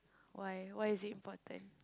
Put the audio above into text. why why is it important